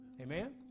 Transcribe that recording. Amen